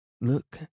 Look